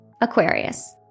Aquarius